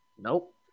Nope